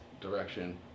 direction